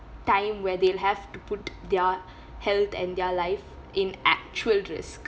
time where they'll have to put their health and their life in actual risk